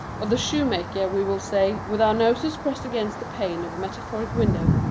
of the shoemaker, we will say, with our noses pressed against the pane of a metaphoric window.